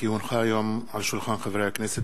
כי הונחה היום על שולחן הכנסת,